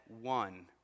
one